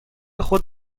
خود